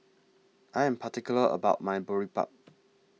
I Am particular about My Boribap